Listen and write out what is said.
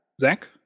Zach